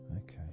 Okay